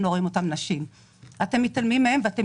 לא רואים את אותן נשים אלא אתם מתעלמים מהן ואתם